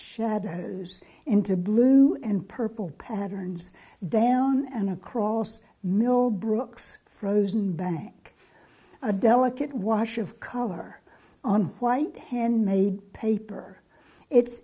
shadows into blue and purple patterns down and across mill brooks frozen back a delicate wash of color on white handmade paper it's